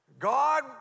God